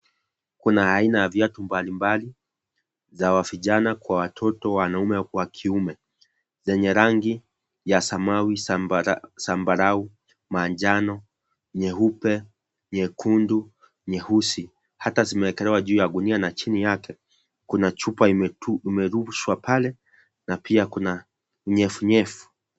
Kuna aina ya viatu mbalimbali za wavijana kwa watoto wanaume wa kiume, lenye rangi ya samawi sambara sambarau, manjano, nyeupe, nyekundu, nyeusi hata zimeekelewa juu ya gunia na chini yake kuna chupa imetu imerushwa pale na pia kuna unyevunyevu.